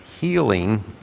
healing